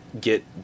get